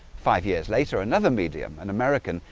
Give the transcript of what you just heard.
five years later another medium an american,